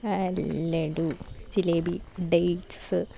laddu jalebi dates